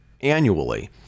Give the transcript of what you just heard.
annually